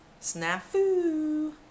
Snafu